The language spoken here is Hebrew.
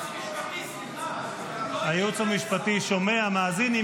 יש ייעוץ משפטי, סליחה.